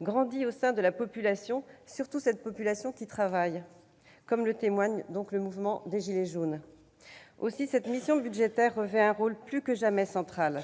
grandit au sein de la population, surtout de la population qui travaille, comme en témoigne le mouvement des gilets jaunes. Aussi, la présente mission budgétaire revêt un rôle plus que jamais central.